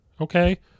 Okay